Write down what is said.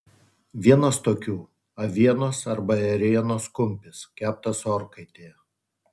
vienas tokių avienos arba ėrienos kumpis keptas orkaitėje